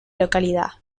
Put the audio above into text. localidad